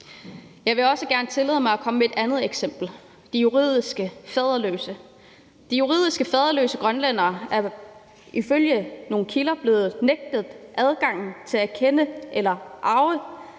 Jeg vil også gerne tillade mig at komme med et andet eksempel, der handler om de juridisk faderløse. De juridisk faderløse grønlændere er blevet nægtet retten til at kende eller arve